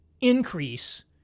increase